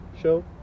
show